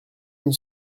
une